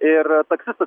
ir taksistas